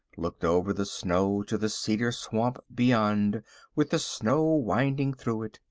looked over the snow to the cedar swamp beyond with the snow winding through it,